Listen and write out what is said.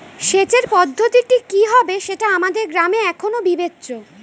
সেচের পদ্ধতিটি কি হবে সেটা আমাদের গ্রামে এখনো বিবেচ্য